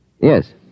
Yes